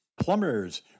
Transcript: Plumbers